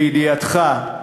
לידיעתך,